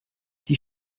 die